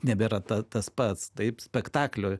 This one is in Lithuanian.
nebėra tas pats taip spektaklio